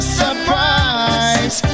surprise